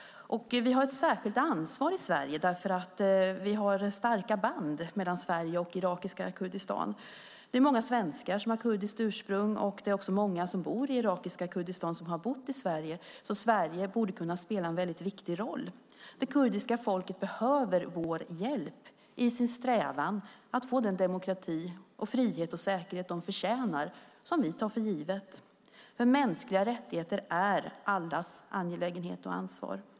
Vi har ett särskilt ansvar i Sverige, därför att vi har starka band mellan Sverige och irakiska Kurdistan. Det är många svenskar som har kurdiskt ursprung. Det är också många som bor i irakiska Kurdistan som har bott i Sverige, så Sverige borde kunna spela en väldigt viktig roll. Det kurdiska folket behöver vår hjälp i sin strävan att få den demokrati, frihet och säkerhet som de förtjänar, något som vi tar för givet, för mänskliga rättigheter är allas angelägenhet och ansvar.